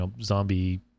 zombie